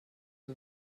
der